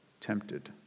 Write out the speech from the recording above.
tempted